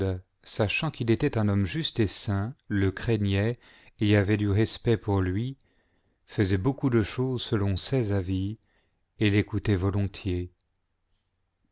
sachant qu'il était un homme juste et saint le craignait et avait du respect pour lui faisait beaucoup de choses selon ses avis et l'écoutait volontiers